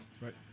right